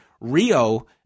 Rio